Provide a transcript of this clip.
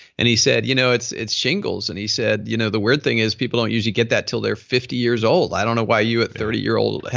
and he said, you know it's it's shingles. and he said, you know the weird thing is people don't usually get that till they're fifty years old. i don't know why you a thirty year old.